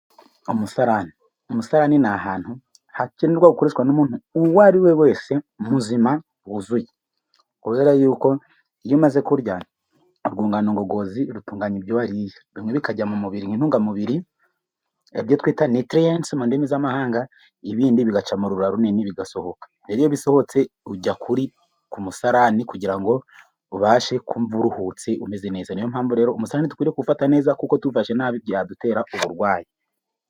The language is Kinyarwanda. Umusarani : umusarani ni ahantu hakenerwa gukoreshwa n'umuntu uwo ari we wese muzima wuzuye. Kubera y'uko iyo umaze kurya , urwungano ngogozi rutunganya ibyo wariye, bimwe bikajya mu mubiri nk'intungamubiri, ibyo twita nitiriyensi mu ndimi z'amahanga. ibindi bigaca mu rura runini bigasohoka. Rero iyo bisohotse ujya ku musarani kugira ngo ubashe kumva uruhutse ,umeze neza. Ni yo mpamvu rero umusarani dukwiye kuwufata neza, kuko tuwufashe nabi byadutera uburwayi.